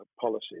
policies